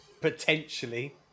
potentially